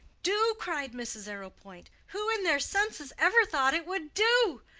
do! cried mrs. arrowpoint who in their senses ever thought it would do?